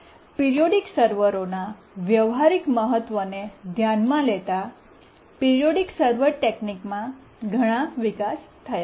periodic સર્વરોના વ્યવહારિક મહત્વને ધ્યાનમાં લેતા પિરીયોડીક સર્વર તકનીકમાં ઘણા વિકાસ થયા છે